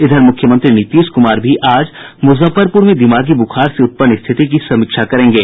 इधर मुख्यमंत्री नीतीश कुमार भी आज मुजफ्फरपुर में दिमागी बुखार से उत्पन्न स्थिति की समीक्षा करेंगे